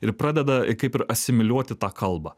ir pradeda kaip ir asimiliuoti tą kalbą